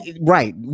Right